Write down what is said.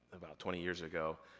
about twenty years ago.